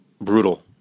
brutal